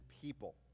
people